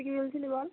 তুই কী বলছিলি বল